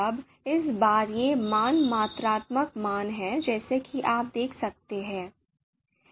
अब इस बार ये मान मात्रात्मक मान हैं जैसा कि आप देख सकते हैं